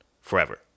forever